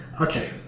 Okay